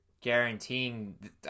guaranteeing